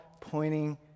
pointing